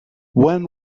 when